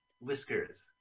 Whiskers